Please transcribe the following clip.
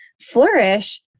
flourish